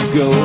go